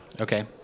Okay